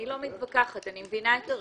אני לא מתווכחת, אני מבינה את הרציונל.